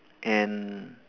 and